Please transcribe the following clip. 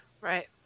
Right